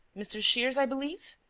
mr. shears, i believe?